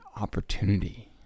opportunity